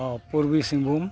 Purbi Singhbhum